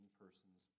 persons